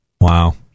wow